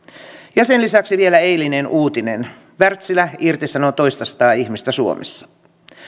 ja sen lisäksi vielä eilinen uutinen wärtsilä irtisanoo toistasataa ihmistä suomessa